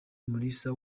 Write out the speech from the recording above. mulisa